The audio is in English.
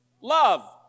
love